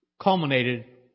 culminated